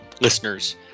listeners